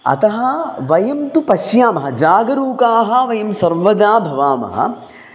अतः वयं तु पश्यामः जागरूकाः वयं सर्वदा भवामः